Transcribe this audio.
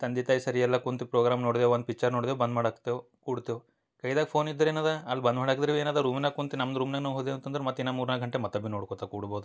ತಂದೆ ತಾಯಿ ಸರಿ ಎಲ್ಲಾ ಕುಂತು ಪ್ರೋಗ್ರಾಮ್ ನೋಡ್ದೆ ಒಂದು ಪಿಚ್ಚರ್ ನೋಡ್ದೆ ಬಂದು ಮಾಡಿ ಹಾಕ್ತೆವು ಕೂಡ್ತೆವು ಕೈದಾಗ ಫೋನ್ ಇದ್ದರೆ ಏನು ಅದ ಅಲ್ಲಿ ಬಂದು ಮಾಡಾಕದ್ರು ಏನು ಅದು ರೂಮ್ನಾಗ್ ಕುಂತು ನಮ್ದ ರೂಮ್ನಾಗ್ ನಾವು ಹೋದೇವು ಅಂತಂದ್ರ ಮತ್ತೆ ಇನ್ನಾ ಮೂರು ನಾಲ್ಕು ಗಂಟೆ ಮತ್ತೊಮ್ಮೆ ನೋಡ್ಕೊತ ಕೂಡ್ಬೋದು